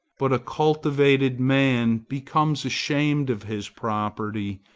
but a cultivated man becomes ashamed of his property,